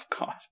God